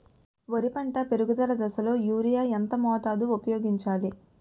వరి పంట పెరుగుదల దశలో యూరియా ఎంత మోతాదు ఊపయోగించాలి?